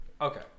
Okay